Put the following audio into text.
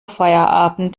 feierabend